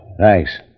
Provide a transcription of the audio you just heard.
Thanks